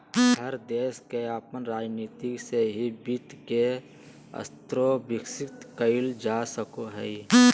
हर देश के अपन राजनीती से ही वित्त के स्रोत विकसित कईल जा सको हइ